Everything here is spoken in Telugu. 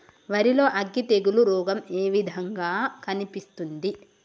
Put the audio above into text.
వరి లో అగ్గి తెగులు రోగం ఏ విధంగా కనిపిస్తుంది?